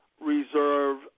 reserve